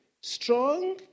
strong